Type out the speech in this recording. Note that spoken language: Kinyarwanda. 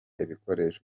ibikoresho